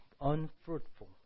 unfruitful